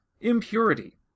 impurity